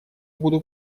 буду